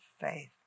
faith